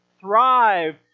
thrive